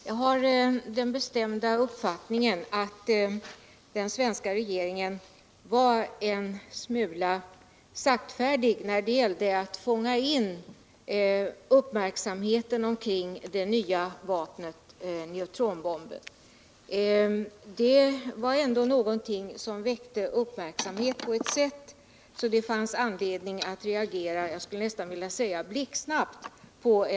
Herr talman! Jag har den bestämda uppfattningen att den svenska regeringen var en smula saktfärdig när det gällde att fånga in uppmärksamheten kring det nya vapnet neutronbomben. Den väckte ändå sådan uppmärksamhet att det fanns anledning att reagera så att säga blixtsnabbt.